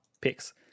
picks